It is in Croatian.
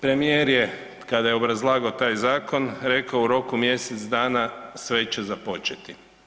Premijer je kada je obrazlagao taj zakon rekao u roku mjesec dana sve će započeti.